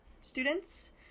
students